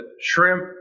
shrimp